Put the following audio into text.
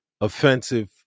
offensive